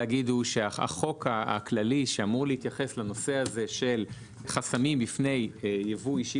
החוק הכללי שאמור להתייחס לנושא הזה של חסמים בפני ייבוא אישי